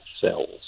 cells